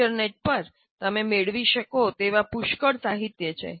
internet પર તમે મેળવી શકો તેવા પુષ્કળ સાહિત્ય છે